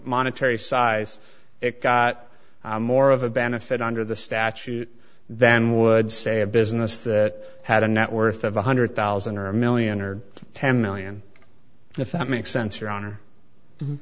monetary size it got more of a benefit under the statute than would say a business that had a net worth of one hundred thousand or a million or ten million if that makes sense your honor